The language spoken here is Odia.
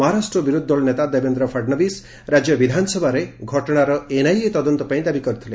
ମହାରାଷ୍ଟ୍ର ବିରୋଧୀ ଦଳ ନେତା ଦେବେନ୍ଦ୍ର ଫଡ଼ଣବୀଶ ରାଜ୍ୟ ବିଧାନସଭାରେ ଘଟଣାର ଏନ୍ଆଇଏ ତଦନ୍ତ ପାଇଁ ଦାବି କରିଥିଲେ